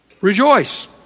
Rejoice